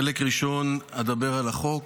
בחלק ראשון אדבר על החוק,